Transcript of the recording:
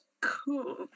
Cool